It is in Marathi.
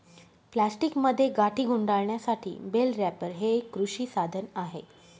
प्लास्टिकमध्ये गाठी गुंडाळण्यासाठी बेल रॅपर हे एक कृषी साधन आहे